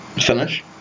finish